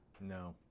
No